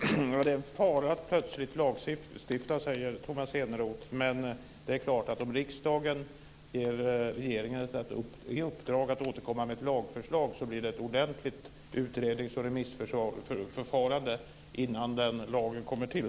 Fru talman! Det är en fara att plötsligt lagstifta, säger Tomas Eneroth. Men det är klart att om riksdagen ger regeringen i uppdrag att återkomma med ett lagförslag blir det ett ordentligt utrednings och remissförfarande innan den lagen kommer till.